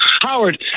Howard